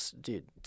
dude